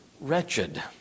wretched